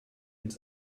ins